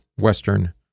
Western